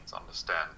understand